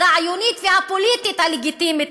הרעיונית והפוליטית הלגיטימית,